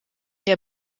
der